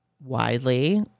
widely